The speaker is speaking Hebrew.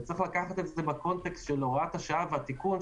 וצריך לקחת את זה בהקשר של הוראת השעה והתיקון,